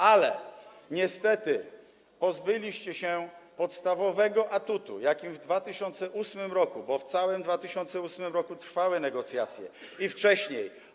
Ale niestety pozbyliście się podstawowego atutu, jakim w 2008 r., bo w całym 2008 r. trwały negocjacje, i wcześniej.